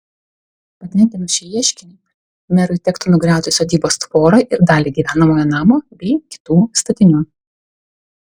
patenkinus šį ieškinį merui tektų nugriauti sodybos tvorą ir dalį gyvenamojo namo bei kitų statinių